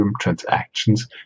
transactions